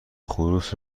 خروس